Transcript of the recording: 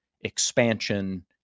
expansion